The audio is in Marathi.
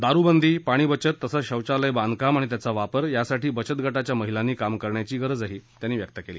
दारूबंदी पाणी बचत तसंच शौचालयं बांधकाम आणि त्याचा वापर यासाठी बचत गटाच्या महिलांनी काम करण्याची गरजही त्यांनी व्यक्त केली